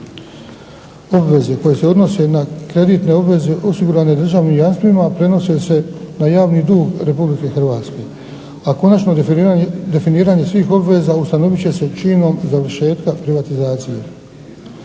Obveze koje se odnose na kreditne obveze osigurane državnim jamstvima prenose se na javni dug Republike Hrvatske, a konačno definiranje svih obveza ustanovit će se činom završetka privatizacije.